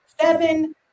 Seven